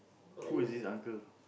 who is this uncle